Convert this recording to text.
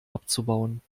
abzubauen